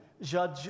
judge